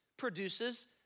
produces